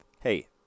Hey